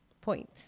point